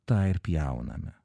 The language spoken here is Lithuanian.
tą ir pjauname